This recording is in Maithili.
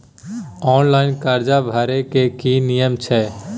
ऑनलाइन कर्जा भरै के की नियम छै?